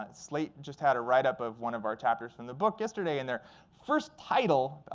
but slate just had a write up of one of our chapters from the book yesterday. and their first title,